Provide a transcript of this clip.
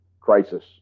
crisis